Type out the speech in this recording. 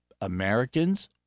Americans